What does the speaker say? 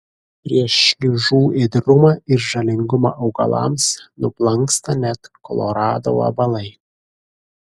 prieš šliužų ėdrumą ir žalingumą augalams nublanksta net kolorado vabalai